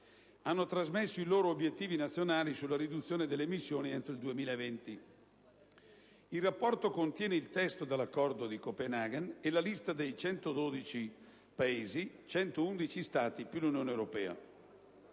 hanno trasmesso i loro obiettivi nazionali sulla riduzione delle emissioni entro il 2020. Il rapporto contiene il testo dell'Accordo di Copenaghen e la lista delle 112 parti (111 Stati più l'Unione europea)